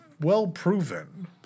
well-proven